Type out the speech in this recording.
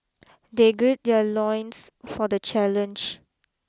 they gird their loins for the challenge